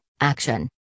Action